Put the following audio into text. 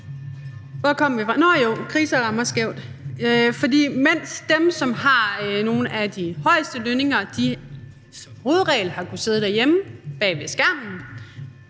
Hvor kom jeg fra? Kriser rammer skævt, for mens dem, der har nogle af de højeste lønninger, som hovedregel har kunnet sidde derhjemme bagved skærmen